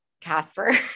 Casper